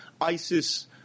ISIS